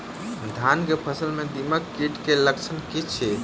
धानक फसल मे दीमक कीट केँ लक्षण की अछि?